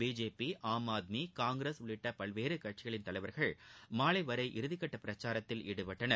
BJP Aam Aadmi Congress உள்ளிட்ட பல்வேறு கட்சிகளின் தலைவர்கள் மாலை வரை இறதிக்கட்ட பிரச்சாரத்தில் ஈடுபட்டனர்